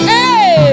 hey